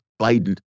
Biden